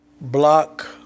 block